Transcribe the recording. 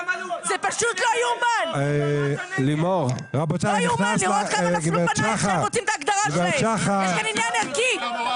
זה פשוט לא יאומן לראות את הפרצוף שלך כשהם זועקים על נפשם.